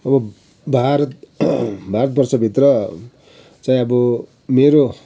अब भारत भारतवर्षभित्र चाहिँ अब मेरो